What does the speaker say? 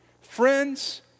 Friends